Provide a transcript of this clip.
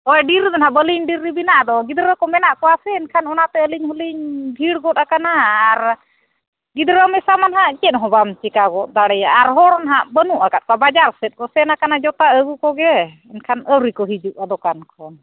ᱦᱳᱭ ᱰᱮᱨᱤ ᱫᱚ ᱦᱟᱸᱜ ᱵᱟᱹᱞᱤᱧ ᱰᱮᱨᱤ ᱵᱤᱱᱟ ᱜᱤᱫᱽᱨᱟᱹ ᱠᱚ ᱢᱮᱱᱟᱜ ᱠᱚᱣᱟ ᱥᱮ ᱚᱱᱟᱛᱮ ᱟᱹᱞᱤᱧ ᱦᱚᱸᱞᱤᱧ ᱵᱷᱤᱲ ᱜᱚᱫ ᱟᱠᱟᱱᱟ ᱟᱨ ᱜᱤᱫᱽᱨᱟᱹ ᱢᱮᱥᱟ ᱫᱚ ᱦᱟᱸᱜ ᱪᱮᱫ ᱦᱚᱸ ᱵᱟᱝ ᱪᱤᱠᱟ ᱜᱚᱫ ᱫᱟᱲᱮᱭᱟᱜᱼᱟ ᱟᱨ ᱦᱚᱲ ᱦᱟᱸᱜ ᱵᱟᱹᱱᱩᱜ ᱠᱟᱫ ᱠᱚᱣᱟ ᱵᱟᱡᱟᱨ ᱥᱮᱫ ᱠᱚ ᱥᱮᱱ ᱠᱟᱱᱟ ᱡᱩᱛᱟ ᱟᱹᱜᱩ ᱠᱚᱜᱮ ᱢᱮᱱᱠᱷᱟᱱ ᱟᱹᱣᱨᱤ ᱠᱚ ᱦᱤᱡᱩᱜᱼᱟ ᱫᱳᱠᱟᱱ ᱠᱷᱚᱱ